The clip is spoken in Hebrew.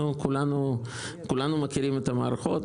כולנו מכירים את המערכות,